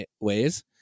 ways